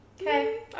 Okay